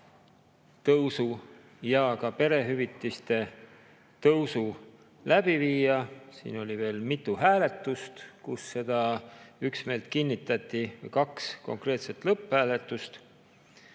tõusu ja ka perehüvitiste tõusu läbi viia. Siin oli mitu hääletust, kus seda üksmeelt kinnitati, kaks konkreetset lõpphääletust.